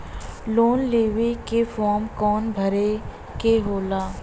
Loan लेवे के form कौन भरे के होला?